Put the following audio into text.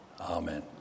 Amen